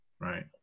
Right